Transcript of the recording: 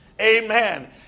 Amen